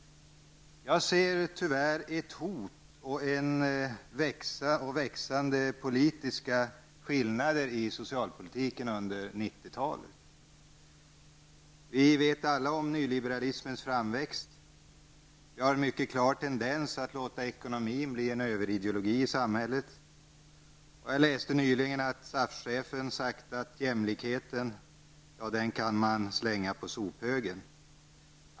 Jag ser faktiskt ett hot i växande skillnader i synen på socialpolitiken under 1990-talet. Vi känner alla till nyliberalismens framväxt, den klara tendensen att låta ekonomin bli en ''överideologi'' i samhället. Jag läste nyligen att SAF-chefen sagt att man kan slänga jämlikheten på sophögen.